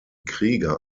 krieger